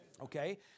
Okay